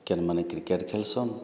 କେନ୍ ମାନେ କ୍ରିକେଟ୍ ଖେଲ୍ସନ୍